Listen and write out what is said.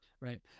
Right